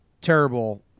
Terrible